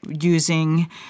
using